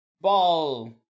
Ball